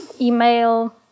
email